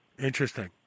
interesting